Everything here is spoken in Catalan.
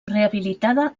rehabilitada